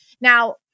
Now